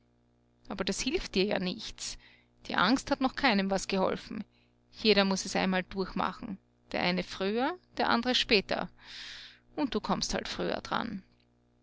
aber das hilft dir ja nichts die angst hat noch keinem was geholfen jeder muß es einmal durchmachen der eine früher der andere später und du kommst halt früher d'ran